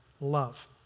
Love